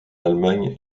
allemagne